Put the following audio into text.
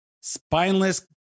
spineless